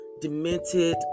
demented